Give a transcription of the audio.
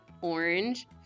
orange